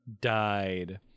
died